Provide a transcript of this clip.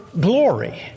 glory